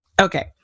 Okay